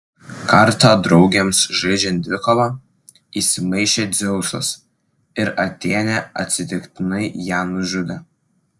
kartą draugėms žaidžiant dvikovą įsimaišė dzeusas ir atėnė atsitiktinai ją nužudė